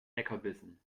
leckerbissen